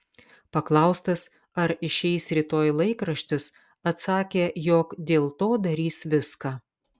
paklaustas ar išeis rytoj laikraštis atsakė jog dėl to darys viską